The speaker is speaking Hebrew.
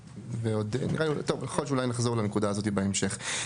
ויכול להיות שאולי נחזור לנקודה הזאת בהמשך.